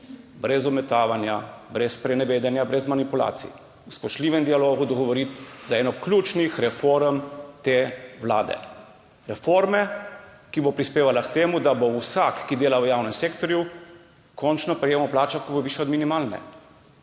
brez obmetavanja, brez sprenevedanja, brez manipulacij, v spoštljivem dialogu dogovoriti za eno ključnih reform te vlade. Reforme, ki bo prispevala k temu, da bo vsak, ki dela v javnem sektorju, končno prejemal plačo, ki bo višja od minimalne.